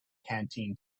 canteen